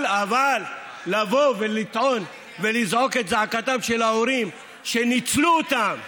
אבל לבוא ולטעון ולזעוק את זעקתם של ההורים שניצלו אותם,